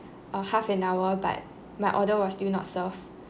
uh half an hour but my order was still not served